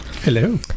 Hello